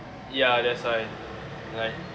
ya that's why like